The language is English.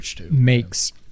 makes